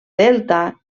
delta